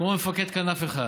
כמו מפקד כנף 1,